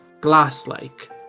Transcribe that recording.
glass-like